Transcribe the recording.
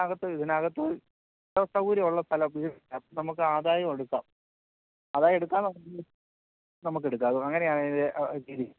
കത്ത് ഇതിനകത്ത് സൗകര്യം ഉള്ള സ്ഥലം അപ്പം നമുക്ക് ആദായം എടുക്കാം ആദായം എടുക്കാം നമുക്ക് എടുക്കാം അങ്ങനെയാാണ് ഇത്